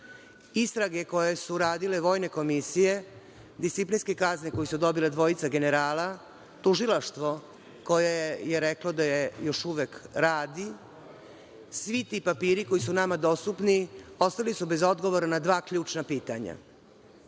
koje su radile vojne komisije, disciplinske kazne koje su dobile dvojica generala, tužilaštvo koje je reklo da još uvek radi, svi ti papiri koji su nama dostupni, ostali su bez odgovora na dva ključna pitanja